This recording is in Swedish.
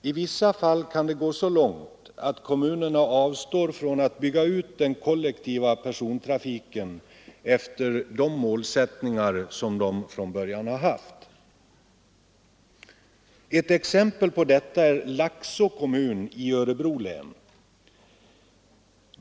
I vissa fall kan det gå så långt, att kommunerna avstår från att bygga ut den kollektiva persontrafiken efter de målsättningar som de från början har haft. Ett exempel på detta är Laxå kommun i Örebro län.